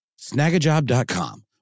snagajob.com